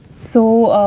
so,